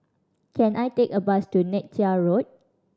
can I take a bus to Neythai Road